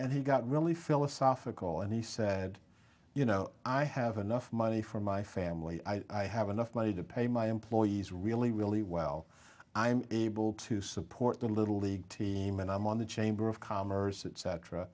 and he got really philosophical and he said you know i have enough money for my family i have enough money to pay my employees really really well i'm able to support the little league team and i'm on the chamber of commerce